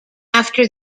after